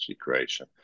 creation